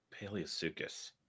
Paleosuchus